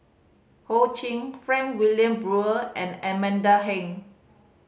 Ho Ching Frank Wilmin Brewer and Amanda Heng